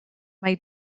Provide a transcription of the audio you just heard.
mae